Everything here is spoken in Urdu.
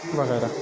وغیرہ